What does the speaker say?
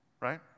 right